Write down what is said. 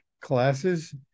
classes